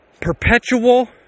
perpetual